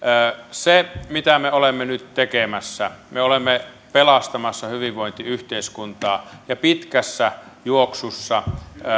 mitä me olemme nyt tekemässä me olemme pelastamassa hyvinvointiyhteiskuntaa ja pitkässä juoksussa